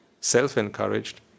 self-encouraged